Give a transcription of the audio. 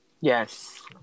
Yes